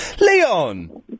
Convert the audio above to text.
Leon